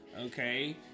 Okay